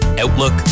Outlook